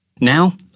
Now